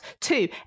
Two